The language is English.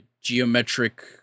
geometric